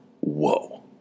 whoa